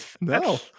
No